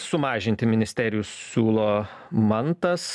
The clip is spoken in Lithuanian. sumažinti ministerijų siūlo mantas